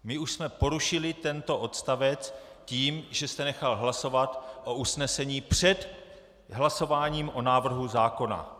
My už jsme porušili tento odstavec tím, že jste nechal hlasovat o usnesení před hlasováním o návrhu zákona.